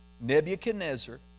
Nebuchadnezzar